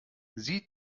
sie